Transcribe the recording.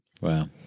Wow